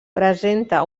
presenta